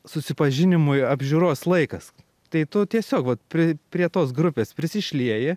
susipažinimui apžiūros laikas tai tu tiesiog vat prie prie tos grupės prisišlieji